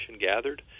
gathered